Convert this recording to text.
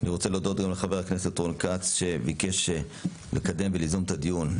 אני רוצה להודות גם לחבר הכנסת רון כץ שביקש לקדם וליזום את הדיון.